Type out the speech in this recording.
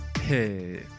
Hey